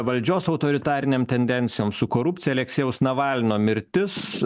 valdžios autoritariniam tendencijom su korupcija aleksejaus navalno mirtis